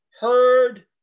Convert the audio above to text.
heard